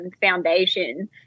foundation